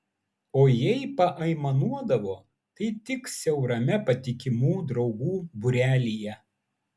o jei paaimanuodavo tai tik siaurame patikimų draugų būrelyje